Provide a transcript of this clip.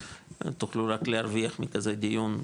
תוכלו רק להרוויח מכזה דיון,